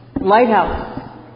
lighthouse